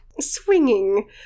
swinging